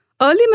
Early